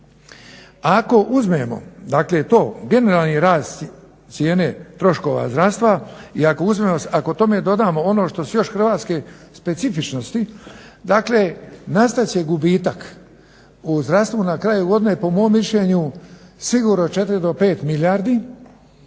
Ako uzmemo dakle to generalni rast cijene troškova zdravstva i ako tome dodamo ono što su još hrvatske specifičnosti dakle nastat će gubitak u zdravstvu na kraju godine po mom mišljenju sigurno 4 do 5 milijardi